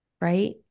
right